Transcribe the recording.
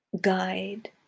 guide